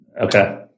Okay